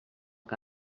que